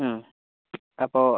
മ് അപ്പോൾ